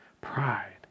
Pride